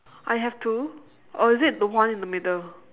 I have to or is it the one in the middle